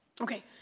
Okay